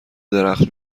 درخت